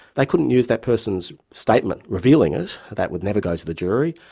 they couldn't use that person's statement revealing it, that would never go to the jury,